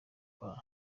kwa